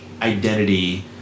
identity